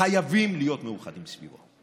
חייבים להיות מאוחדים סביבו.